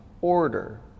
order